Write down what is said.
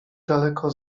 daleko